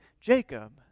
Jacob